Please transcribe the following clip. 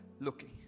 looking